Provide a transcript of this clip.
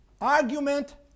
Argument